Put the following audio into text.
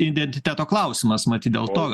identiteto klausimas matyt dėl to